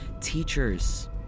Teachers